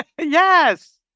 Yes